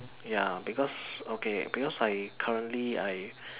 ya because okay because I currently I